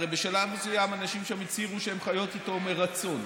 הרי בשלב מסוים הנשים שם הצהירו שהן חיות איתו מרצון.